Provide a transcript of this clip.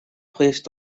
placed